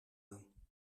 aan